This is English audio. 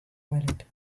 pilot